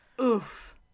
Oof